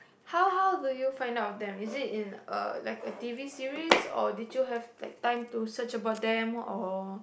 how how do you find out of them is it in a like a t_v series or did you have like time to search about them or